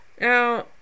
Now